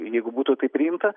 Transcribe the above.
jeigu būtų tai priimta